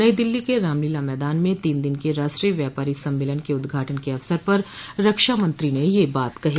नई दिल्ली के रामलीला मैदान में तीन दिन के राष्ट्रीय व्यापारी सम्मेलन के उद्घाटन के अवसर पर रक्षा मंत्री ने यह बात कही